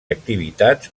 activitats